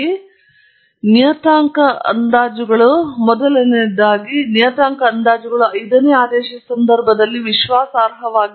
ಈಗ ಈ ಭವಿಷ್ಯಸೂಚನೆಗಳು ಸಂಪೂರ್ಣವಾಗಿ ನಾವು ವರ್ತಿಸುವ ಶಬ್ದದ ಸಾಕ್ಷಾತ್ಕಾರವನ್ನು ಅವಲಂಬಿಸಿವೆ ಆದರೆ ವಾಸ್ತವವಾಗಿ ಮೊದಲನೆಯದಾಗಿ ನಿಯತಾಂಕ ಅಂದಾಜುಗಳು ಐದನೇ ಆದೇಶ ಸಂದರ್ಭದಲ್ಲಿ ವಿಶ್ವಾಸಾರ್ಹವಾಗಿರುವುದಿಲ್ಲ